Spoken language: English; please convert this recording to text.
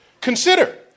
Consider